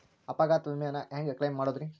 ಅಪಘಾತ ವಿಮೆನ ಹ್ಯಾಂಗ್ ಕ್ಲೈಂ ಮಾಡೋದ್ರಿ?